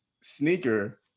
sneaker